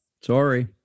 Sorry